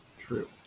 true